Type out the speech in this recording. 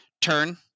turn